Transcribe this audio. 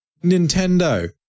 Nintendo